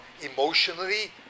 emotionally